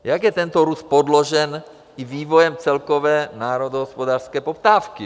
Jak je tento růst podložen i vývojem celkové národohospodářské poptávky?